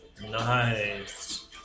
Nice